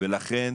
לכן